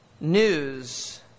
news